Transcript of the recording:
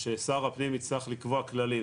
ששר הפנים יצטרך לקבוע כללים,